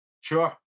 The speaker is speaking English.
Sure